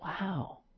wow